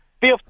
fifth